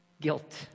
guilt